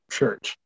Church